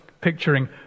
picturing